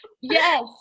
Yes